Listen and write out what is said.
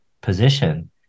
position